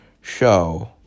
show